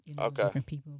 Okay